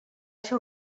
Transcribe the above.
ser